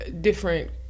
different